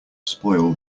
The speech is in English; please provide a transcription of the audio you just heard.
spoil